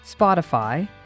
Spotify